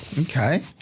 Okay